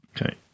okay